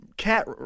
cat